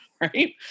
Right